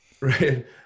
Right